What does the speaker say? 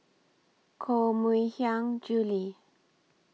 Koh Mui Hiang Julie